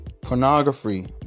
pornography